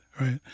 right